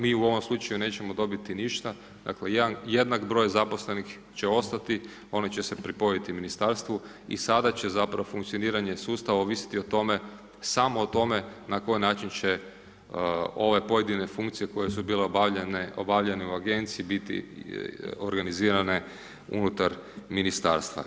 Mi u ovom slučaju nećemo dobiti ništa, dakle jednak broj zaposlenih će ostati, oni će se pripojiti ministarstvu i sada će zapravo funkcioniranje sustava ovisiti o tome, samo o tome na koji način će ove pojedine funkcije koje su bile obavljene, obavljene u agenciji biti organizirane unutar ministarstva.